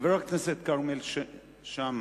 חבר הכנסת כרמל שאמה.